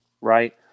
right